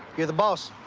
you're the boss.